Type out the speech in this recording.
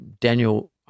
Daniel